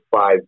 five